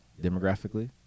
demographically